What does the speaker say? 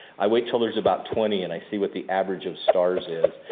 i wait till there's about twenty and i see what the average of stars is.